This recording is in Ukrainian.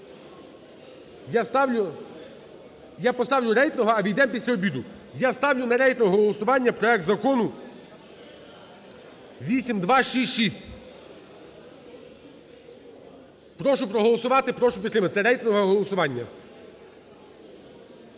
я поставлю рейтингове, а ввійдемо після обіду. Я ставлю на рейтингове голосування проект Закону 8266. Прошу проголосувати, прошу підтримати – це рейтингове голосування.